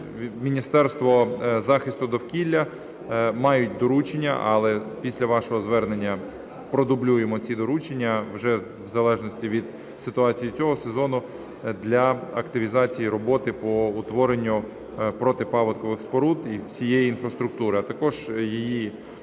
Міністерство захисту довкілля мають доручення. Але після вашого звернення продублюємо ці доручення вже в залежності від ситуації цього сезону для активізації роботи по утворенню протипаводкових споруд і всієї інфраструктури, а також її, скажімо,